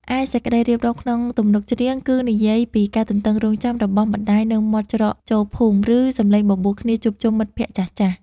ឯសេចក្តីរៀបរាប់ក្នុងទំនុកច្រៀង គឺនិយាយពីការទន្ទឹងរង់ចាំរបស់ម្ដាយនៅមាត់ច្រកចូលភូមិ ឬសម្លេងបបួលគ្នាជួបជុំមិត្តភក្តិចាស់ៗ។